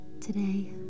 Today